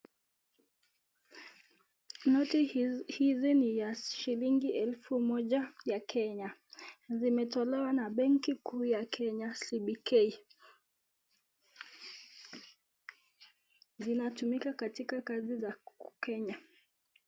Noti hizi ni za shilingi elfu moja za Kenya na imetolewa na benki kuu ya Kenya CBK, zinatumika katika kazi za Kenya.